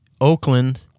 Oakland